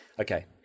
okay